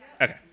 Okay